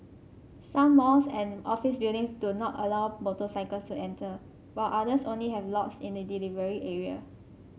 some malls and office buildings do not allow motorcycles to enter while others only have lots in the delivery area